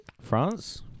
France